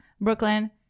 Brooklyn